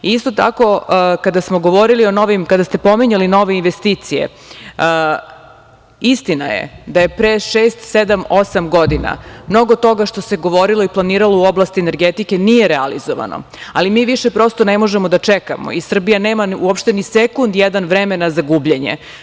Isto tako, kada ste pominjali nove investicije, istina je da je pre šest, sedam, osam godina mnogo toga što se govorilo i planiralo u oblasti energetike nije realizovano, ali mi više prosto ne možemo da čekamo i Srbija nema uopšte ni sekund jedan vremena za gubljenje.